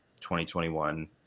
2021